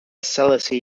selassie